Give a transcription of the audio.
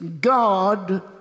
God